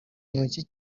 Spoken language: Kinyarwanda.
ntoki